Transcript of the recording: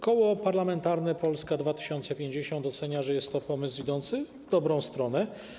Koło Parlamentarne Polska 2050 ocenia, że jest to pomysł idący w dobrą stronę.